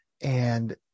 And-